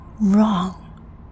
wrong